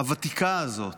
הוותיקה הזאת,